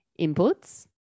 inputs